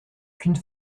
qu’une